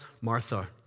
Martha